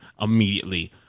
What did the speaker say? immediately